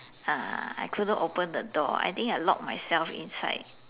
uh I couldn't open the door I think I locked myself inside